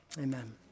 amen